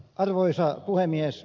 arvoisa puhemies